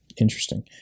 Interesting